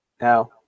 Now